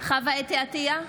בהצבעה חוה אתי עטייה,